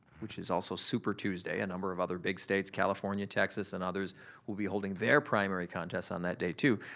which is also super tuesday, a number of other big states california, texas, and others will be holding their primary contests on that day too,